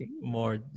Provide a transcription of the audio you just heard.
more